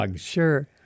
Sure